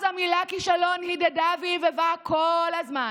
אז המילה "כישלון" הדהדה והבהבה כל הזמן,